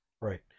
Right